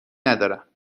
ندارم